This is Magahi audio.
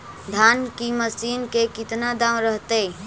धान की मशीन के कितना दाम रहतय?